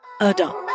adult